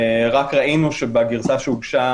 רק ראינו שבגרסה שהוגשה